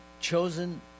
chosen